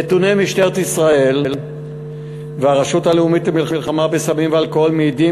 נתוני משטרת ישראל והרשות הלאומית למלחמה בסמים ואלכוהול מעידים